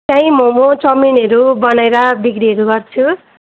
त्यही मोमो चाउमिनहरू बनाएर बिक्रीहरू गर्छु